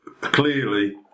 clearly